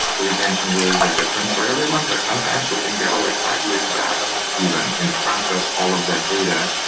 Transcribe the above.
the retention rules are different for everyone, but sometimes we can get like five years back even and process all of that data,